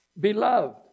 Beloved